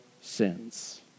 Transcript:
sins